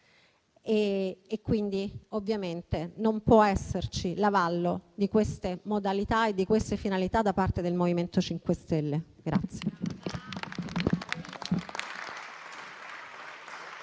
E, quindi, ovviamente non può esserci l'avallo di queste modalità e finalità da parte del MoVimento 5 Stelle.